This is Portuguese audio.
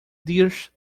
dias